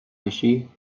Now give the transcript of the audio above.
بشی